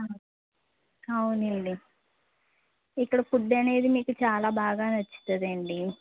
అవునండి ఇక్కడ ఫుడ్ అనేది మీకు చాలా బాగా నచ్చుతుందండి